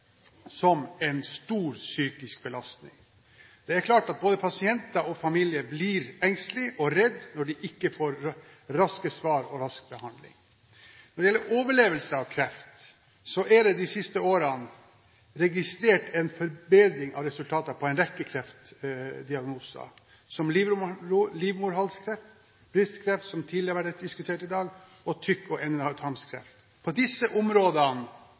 som en stor psykisk belastning. Det er klart at både pasienter og familie blir engstelige og redde når de ikke får raske svar og rask behandling. Når det gjelder overlevelse av kreft, er det de siste årene registrert en forbedring av resultater for en rekke kreftdiagnoser, som livmorhalskreft, brystkreft – som har vært diskutert tidligere i dag – og tykk- og endetarmskreft. På disse områdene